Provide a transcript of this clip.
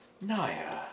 Naya